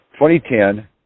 2010